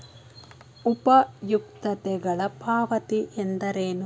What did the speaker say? ಉಪಯುಕ್ತತೆಗಳ ಪಾವತಿ ಎಂದರೇನು?